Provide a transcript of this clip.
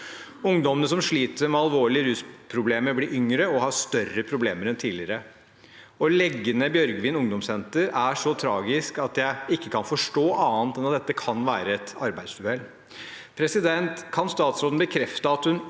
Ungdommene som sliter med alvorlige rusproblemer, blir yngre og har større problemer enn tidligere. Å legge ned Bjørgvin ungdomssenter er så tragisk at jeg ikke kan forstå annet enn at dette kan være et arbeidsuhell. Kan statsråden bekrefte at hun